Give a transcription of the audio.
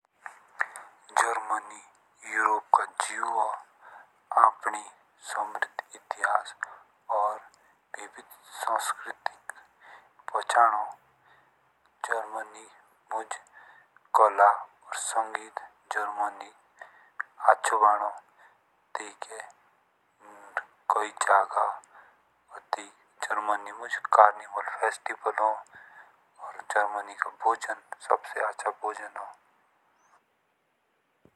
Germany Europe का क्षेत्र हौ अपनी समृद्ध इतिहास और विविध संस्कृति से पहचानो जर्मनी मं कला संगीत जर्मनी मं आच्छो भानु ताके और काई जगह जर्मनी मं कार्निवल फेस्टिवल हो। और जर्मनी का भोजन सबसे अच्छा हून।